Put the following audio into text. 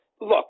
Look